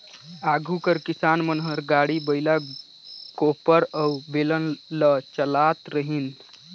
आघु कर किसान मन हर गाड़ी, बइला, कोपर अउ बेलन ल चलात रहिन